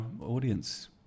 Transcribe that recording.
audience